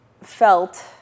felt